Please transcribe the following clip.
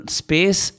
space